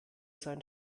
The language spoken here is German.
sein